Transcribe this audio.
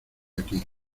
aquí